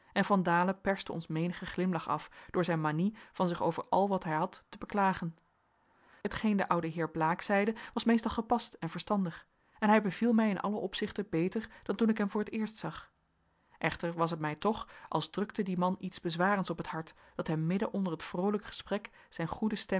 en van baalen perste ons menigen glimlach af door zijn manie van zich over al wat hij had te beklagen hetgeen de oude heer blaek zeide was meestal gepast en verstandig en hij beviel mij in alle opzichten beter dan toen ik hem voor t eerst zag echter was het mij toch als drukte dien man iets bezwarends op het hart dat hem midden onder het vroolijk gesprek zijn goede